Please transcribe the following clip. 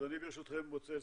אז אני, ברשותכם, רוצה לסכם.